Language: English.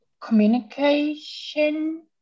communication